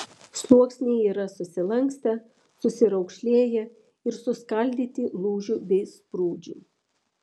sluoksniai yra susilankstę susiraukšlėję ir suskaldyti lūžių bei sprūdžių